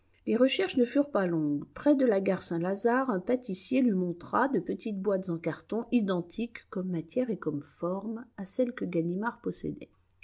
les recherches ne furent pas longues près de la gare saint-lazare un pâtissier lui montra de petites boîtes en carton identiques comme matière et comme forme à celle que ganimard possédait